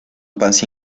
paz